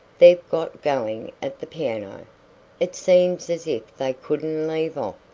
they've got going at the piano it seems as if they couldn't leave off.